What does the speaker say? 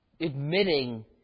Admitting